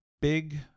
big